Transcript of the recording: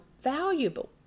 valuable